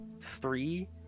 three